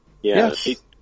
Yes